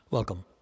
Welcome